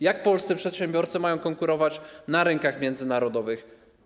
Jak polscy przedsiębiorcy mają konkurować na rynkach międzynarodowych?